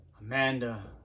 Amanda